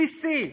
בסיסי.